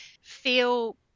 feel